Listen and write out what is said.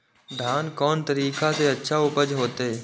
धान कोन तरीका से अच्छा उपज होते?